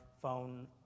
phone